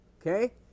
okay